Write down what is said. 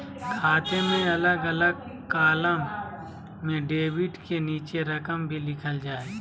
खाते में अलग अलग कालम में डेबिट के नीचे रकम भी लिखल रहा हइ